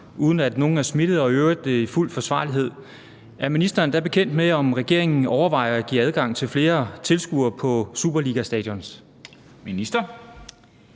uden at nogen er smittet, og i øvrigt i fuld forsvarlighed, er ministeren da bekendt med, om regeringen overvejer at give adgang til flere kampe på superligastadioner?